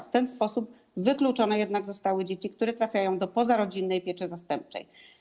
W ten sposób wykluczone jednak zostały dzieci, które trafiają do pozarodzinnej pieczy zastępczej.